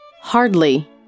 Hardly